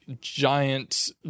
giant